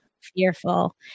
fearful